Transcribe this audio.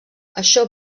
això